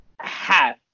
half